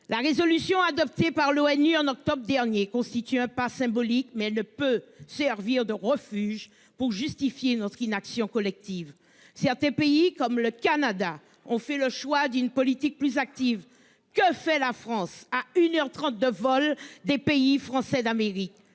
La résolution adoptée par l'ONU en octobre dernier constitue un pas symbolique mais elle ne peut servir de refuge pour justifier notre inaction collective. Certains pays comme le Canada, on fait le choix d'une politique plus active que fait la France à 1h30 de vol des pays français d'Amérique